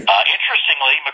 Interestingly